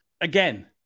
Again